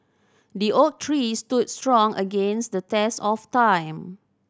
the oak tree stood strong against the test of time